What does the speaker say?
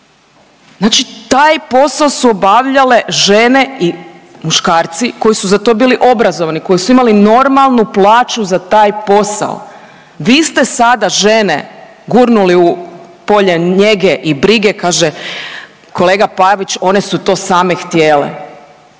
Znači taj posao su obavljale žene i muškarci koji su za to bili obrazovani, koji su imali normalnu plaću za taj posao. Vi ste sada žene gurnuli u polje njege i brige, kaže kolega Pavić one su to same htjele.